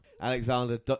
Alexander